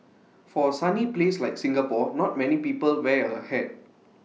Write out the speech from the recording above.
for A sunny place like Singapore not many people wear A hat